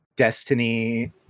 Destiny